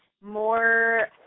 more